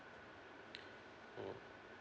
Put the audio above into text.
mm